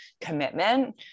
commitment